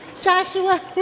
Joshua